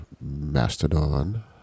Mastodon